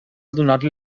donar